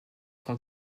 sont